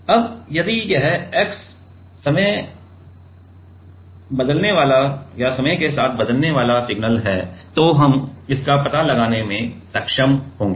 अब यदि यह x समय बदलने वाला सिग्नल है तो हम इसका पता लगाने में सक्षम होंगे